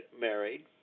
married